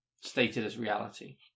stated-as-reality